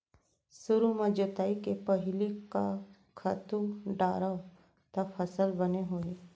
सुरु म जोताई के पहिली का खातू डारव त फसल बने होही?